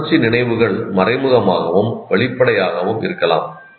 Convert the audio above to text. உணர்ச்சி நினைவுகள் மறைமுகமாகவும் வெளிப்படையாகவும் இருக்கலாம்